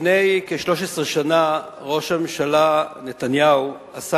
לפני כ-13 שנה ראש הממשלה נתניהו עשה